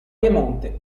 piemonte